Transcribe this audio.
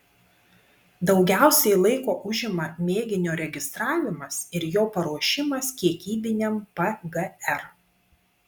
daugiausiai laiko užima mėginio registravimas ir jo paruošimas kiekybiniam pgr